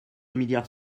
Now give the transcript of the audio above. milliards